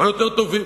לא יותר טובים.